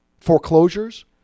Foreclosures